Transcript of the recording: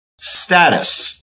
status